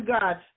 God